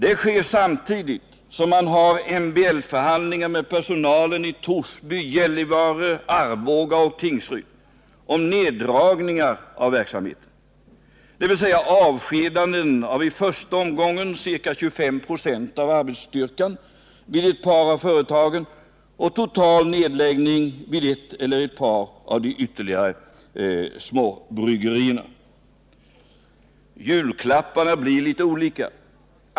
Det sker samtidigt som man har MBL-förhandlingar med personalen i Torsby, Gällivare, Arboga och Tingsryd om neddragningar av verksamheten, dvs. avskedanden av i första omgången ca 25 926 av arbetsstyrkan vid ett par av företagen och total nedläggning vid ett eller ett par av de ytterligare småbryggerierna. Julklapparna blir litet olika.